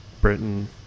Britain